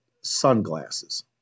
sunglasses